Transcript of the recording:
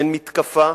אין מתקפה,